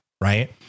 right